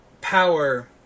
power